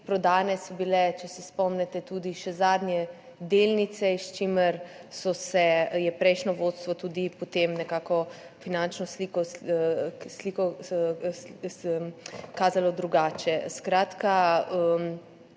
Prodane so bile, če se spomnite, še zadnje delnice, s čimer je prejšnje vodstvo tudi potem nekako finančno sliko kazalo drugače. Skratka,